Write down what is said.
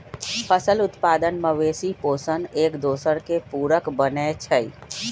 फसल उत्पादन, मवेशि पोशण, एकदोसर के पुरक बनै छइ